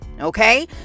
okay